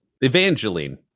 Evangeline